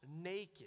naked